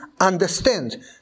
understand